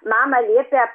mama liepė